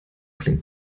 klingt